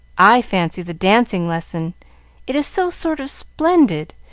i fancy the dancing lesson it is so sort of splendid,